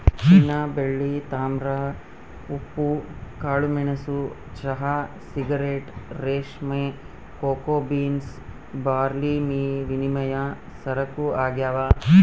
ಚಿನ್ನಬೆಳ್ಳಿ ತಾಮ್ರ ಉಪ್ಪು ಕಾಳುಮೆಣಸು ಚಹಾ ಸಿಗರೇಟ್ ರೇಷ್ಮೆ ಕೋಕೋ ಬೀನ್ಸ್ ಬಾರ್ಲಿವಿನಿಮಯ ಸರಕು ಆಗ್ಯಾವ